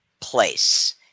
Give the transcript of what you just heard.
place